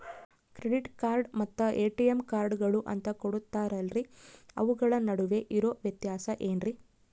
Credit card ಮತ್ತ ATM ಕಾರ್ಡುಗಳು ಅಂತಾ ಕೊಡುತ್ತಾರಲ್ರಿ ಅವುಗಳ ನಡುವೆ ಇರೋ ವ್ಯತ್ಯಾಸ ಏನ್ರಿ?